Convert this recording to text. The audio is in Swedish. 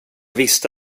visste